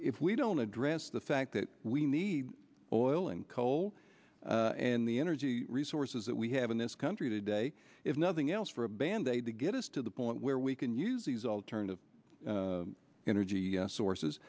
if we don't address the fact that we need oil and coal and the energy resources that we have in this country today if nothing else for a band aid to get us to the point where we can use these alternative energy sources